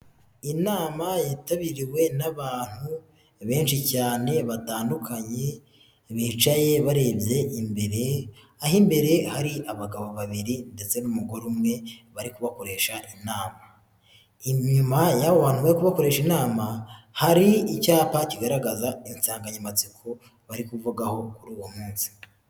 Inama yitabiriwe n'abantu benshi cyane batandukanye bicaye barebye imbere, aho imbere hari abagabo babiri ndetse n'umugore umwe bari kubakoresha inama, inyuma y'abo bantu bari kubakoresha inama hari icyapa kigaragaza insanganyamatsiko bari kuvugaho kuri uwo munsi.